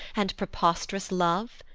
and prepost'rous love?